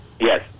Yes